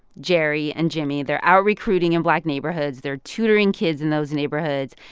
jerry and jimmy, they're out recruiting in black neighborhoods. they're tutoring kids in those neighborhoods,